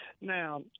Now